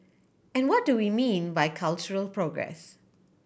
and what do we mean by cultural progress